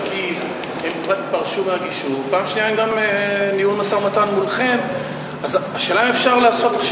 ולצערי, גם תהליך הבורר,